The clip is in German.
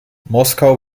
moskau